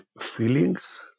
feelings